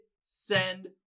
Send